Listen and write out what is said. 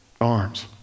arms